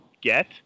get